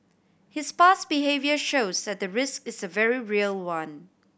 his past behaviour shows that the risk is a very real one